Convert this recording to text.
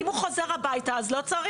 אם הוא חוזר הבייתה אז לא צריך.